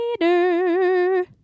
later